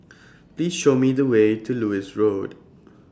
Please Show Me The Way to Lewis Road